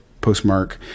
Postmark